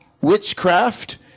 witchcraft